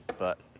but,